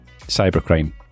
cybercrime